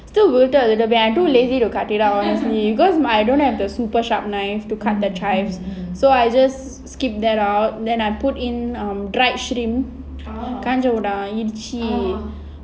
still muted a little bit I too lazy to cut it lah honestly because I don't have super sharp knife to cut the chives so I just skip that out and then I put in um dried shrimp inji